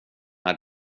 här